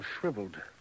shriveled